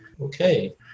Okay